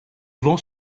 vent